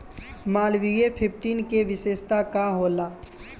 Malviya fifteen के विशेषता का होला?